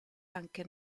anche